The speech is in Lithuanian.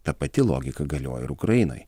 ta pati logika galioja ir ukrainoj